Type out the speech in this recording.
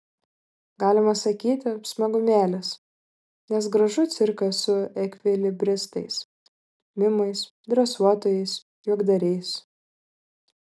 galima sakyti smagumėlis nes gražu cirkas su ekvilibristais mimais dresuotojais juokdariais